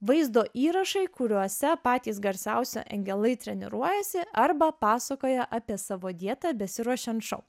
vaizdo įrašai kuriuose patys garsiausi angelai treniruojasi arba pasakoja apie savo dietą besiruošiant šou